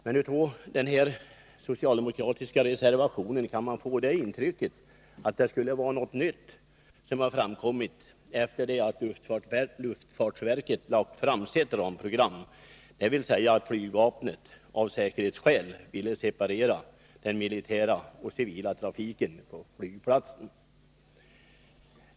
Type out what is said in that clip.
Men av den socialdemokratiska reservationen kan man få det intrycket att något nytt skulle ha framkommit efter det att luftfartsverket lagt fram sitt ramprogram, nämligen att flygvapnet av säkerhetsskäl ville separera den militära och civila trafiken på flygplatsen.